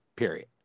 Period